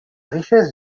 richesse